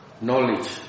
knowledge